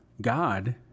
God